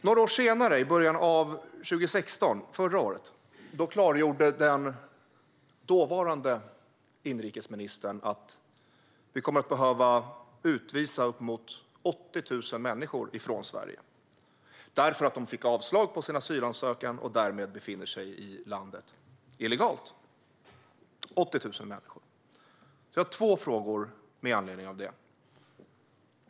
Några år senare, i början av 2016, förra året, klargjorde den dåvarande inrikesministern att vi skulle behöva utvisa uppemot 80 000 människor från Sverige därför att de fått avslag på sin asylansökan och därmed befann sig i landet illegalt. Jag har två frågor med anledning av detta.